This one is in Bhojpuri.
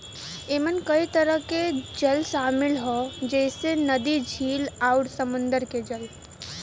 एमन कई तरह के जल शामिल हौ जइसे नदी, झील आउर समुंदर के जल